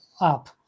up